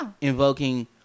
invoking